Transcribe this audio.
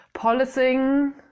Policing